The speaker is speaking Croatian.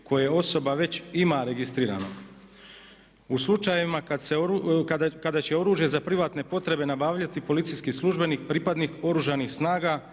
koje osoba već ima registrirano. U slučajevima kad će oružje za privatne potrebe nabavljati policijski službenik, pripadnik Oružanih snaga